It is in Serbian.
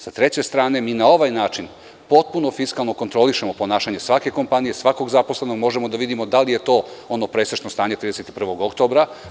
Sa treće strane, mi na ovaj način potpuno fiskalno kontrolišemo ponašanje svake kompanije, svakog zaposlenog, možemo da vidimo da li je to ono presečno stanje 31. oktobra.